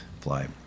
fly